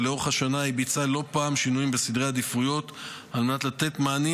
ולאורך השנה היא ביצעה לא פעם שינויים בסדרי העדיפויות על מנת לתת מענים